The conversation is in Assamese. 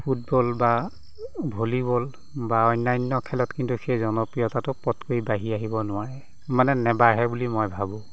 ফুটবল বা ভলীবল বা অন্যান্য খেলত কিন্তু সেই জনপ্ৰিয়তাটো পটকৈ বাঢ়ি আহিব নোৱাৰে মানে নেবাঢ়ে বুলি মই ভাবোঁ